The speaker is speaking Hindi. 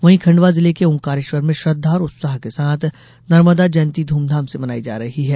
वहीं खंडवा जिले के ओंकारेश्वर में श्रद्धा और उत्साह के साथ नर्मदा जयंती धूमधाम से मनाई जा रही है